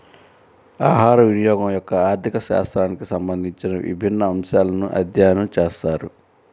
ఆహారవినియోగం యొక్క ఆర్థిక శాస్త్రానికి సంబంధించిన విభిన్న అంశాలను అధ్యయనం చేశారు